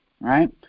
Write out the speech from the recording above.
Right